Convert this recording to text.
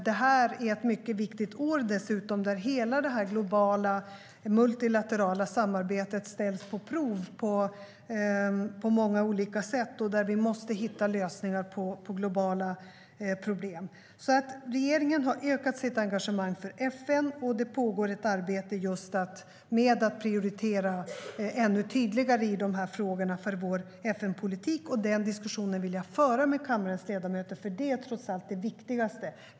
Detta år är dessutom ett mycket viktigt år, där hela det globala, multilaterala samarbetet ställs på prov på många olika sätt och där vi måste hitta lösningar på globala problem. Regeringen har ökat sitt engagemang för FN, och det pågår ett arbete med att prioritera ännu tydligare i de här frågorna för vår FN-politik. Den diskussionen vill jag föra med kammarens ledamöter, för det är trots allt det viktigaste.